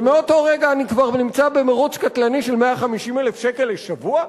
ומאותו רגע אני כבר נמצא במירוץ קטלני של 150,000 שקל לשבוע?